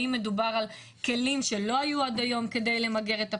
האם מדובר על כלים שלא היו עד היום כדי למגר את הפשיעה?